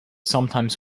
sometimes